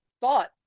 thought